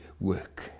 work